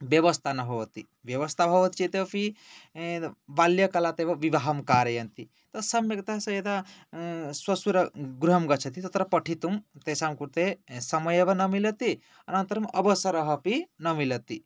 व्यवस्था न भवति व्यवस्था भवति चेदपि बाल्यकालात् एव विवाहं कारयन्ति तत् सम्यक् तस्य यदा स्वश्रुगृहं गच्छति तदा पठितुं तेषां कृते समयमेव न मिलति अनन्तरम् अवसरः अपि न मिलति